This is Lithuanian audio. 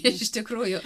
iš tikrųjų